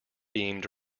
beamed